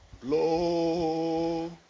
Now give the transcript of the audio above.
Blow